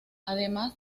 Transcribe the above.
además